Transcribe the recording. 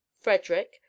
Frederick